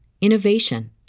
innovation